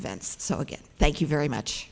events so again thank you very much